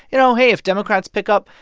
you know, hey, if democrats pick up,